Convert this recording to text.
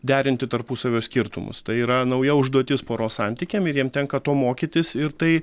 derinti tarpusavio skirtumus tai yra nauja užduotis poros santykiam ir jiem tenka to mokytis ir tai